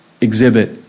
exhibit